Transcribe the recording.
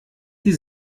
die